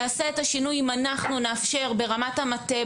יעשה את השינוי אם אנחנו נאפשר ברמת המטה,